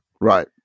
right